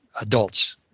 adults